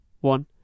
one